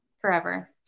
Forever